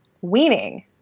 weaning